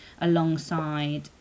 alongside